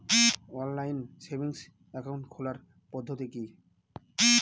Online savings account খোলার পদ্ধতি কি?